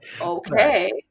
Okay